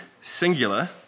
singular